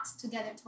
together